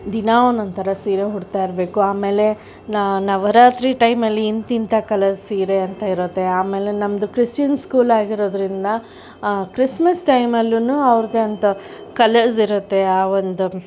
ದಿನ ಒಂದೊಂದು ತರ ಸೀರೆ ಉಡ್ತಾಯಿರ್ಬೇಕು ಆಮೇಲೆ ನವರಾತ್ರಿ ಟೈಮಲ್ಲಿ ಇಂತಿಂಥ ಕಲರ್ ಸೀರೆ ಅಂತ ಇರುತ್ತೆ ಆಮೇಲೆ ನಮ್ಮದು ಕ್ರಿಶ್ಚಿಯನ್ ಸ್ಕೂಲ್ ಆಗಿರೋದರಿಂದ ಕ್ರಿಸ್ಮಸ್ ಟೈಮಲ್ಲೂ ಅವ್ರದ್ದೇ ಅಂತ ಕಲರ್ಸ್ ಇರುತ್ತೆ ಆ ಒಂದು